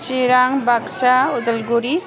Chirang Baksa Udalguri